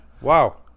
Wow